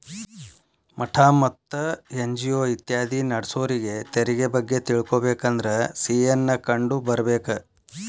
ಮಠಾ ಮತ್ತ ಎನ್.ಜಿ.ಒ ಇತ್ಯಾದಿ ನಡ್ಸೋರಿಗೆ ತೆರಿಗೆ ಬಗ್ಗೆ ತಿಳಕೊಬೇಕಂದ್ರ ಸಿ.ಎ ನ್ನ ಕಂಡು ಬರ್ಬೇಕ